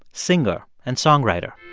singer and songwriter.